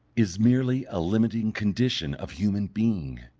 is merely a limiting condition of human being,